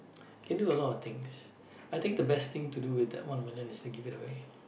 you can do a lot of things I think the best thing to do with that one million is to give it away